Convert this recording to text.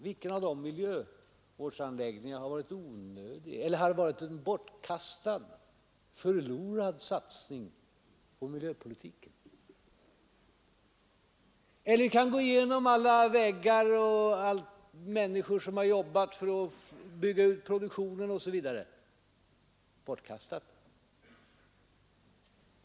Vilken av dessa miljövårdsanläggningar, har varit en bortkastad, förlorad satsning på miljöpolitiken? Ta allt som gjorts för att bygga ut produktionen. Är det bortkastat?